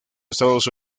estados